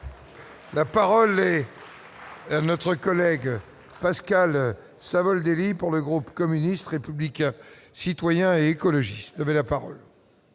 la parole est. Notre collègue Pascal Savoldelli pour le groupe communiste républicain et citoyen et écologiste avait la parole.